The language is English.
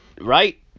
Right